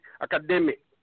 academic